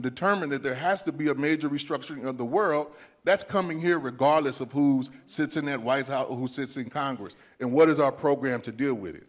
determined that there has to be a major restructuring of the world that's coming here regardless of who's sits in that white house or who sits in congress and what is our program to deal with it